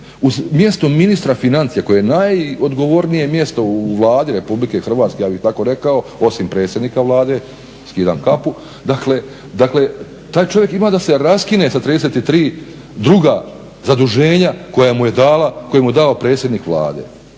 uz mjesto ministra financija koje je najodgovornije mjesto u Vladi Republike Hrvatske ja bih tako rekao, osim predsjednika Vlade, skidam kapu, dakle taj čovjek ima da se raskine sa 33 druga zaduženja koje mu je dao predsjednik Vlade.